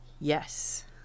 Yes